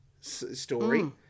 story